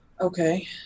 Okay